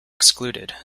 excluded